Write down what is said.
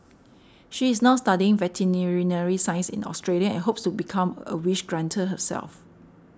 she is now studying veterinary science in Australia and hopes to become a wish granter herself